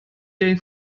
den